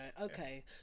Okay